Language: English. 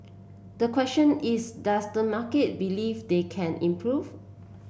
the question is does the market believe they can improve